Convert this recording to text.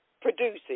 producing